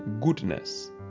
goodness